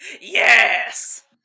Yes